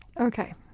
Okay